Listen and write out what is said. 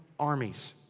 armies.